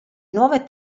nuove